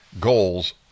goals